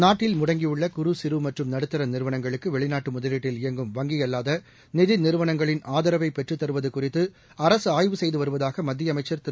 நாட்டில் முடங்கியுள்ள குறு சிறு மற்றும் நடுத்தர நிறுவனங்களுக்கு வெளிநாட்டு முதலீட்டில் இயங்கும் வங்கி அல்லாத நிதி நிறுவளங்களின் ஆதரவை பெற்றுத் தருவது குறித்து அரசு ஆய்வு செய்து வருவதாக மத்திய அமைச்சர் திரு